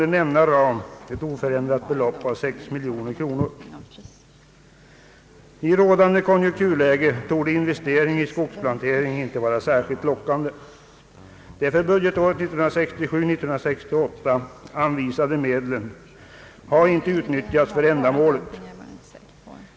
I rådande konjunkturläge torde investering i skogsplantering inte vara särskilt lockande. De för budgetåret 1967/68 anvisade medlen har inte utnyttjats för ändamålet.